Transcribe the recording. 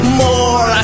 more